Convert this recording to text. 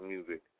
Music